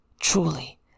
truly